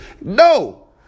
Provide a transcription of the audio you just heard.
No